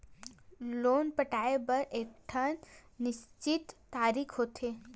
loan पटाए बर एकठन निस्चित तारीख होथे